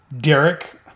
Derek